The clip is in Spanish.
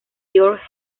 georg